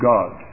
God